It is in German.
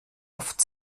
oft